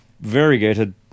variegated